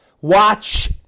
Watch